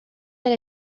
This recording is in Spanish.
del